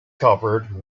covered